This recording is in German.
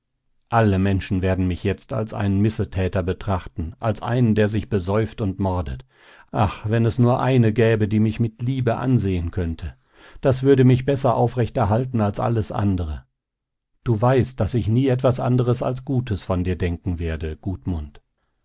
alle menschen werden mich jetzt als einen missetäter betrachten als einen der sich besäuft und mordet ach wenn es nur eine gäbe die mich mit liebe ansehen könnte das würde mich besser aufrechterhalten als alles andre du weißt daß ich nie etwas andres als gutes von dir denken werde gudmund